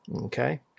Okay